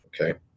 Okay